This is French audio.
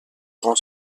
grand